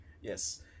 Yes